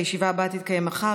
הישיבה הבאה תתקיים מחר,